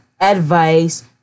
advice